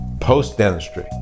post-dentistry